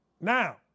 Now